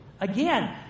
Again